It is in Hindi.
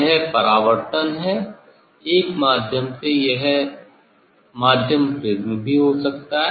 यह परावर्तन है एक माध्यम से यह माध्यम प्रिज्म भी हो सकता है